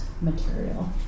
material